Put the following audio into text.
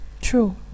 true